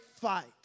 fight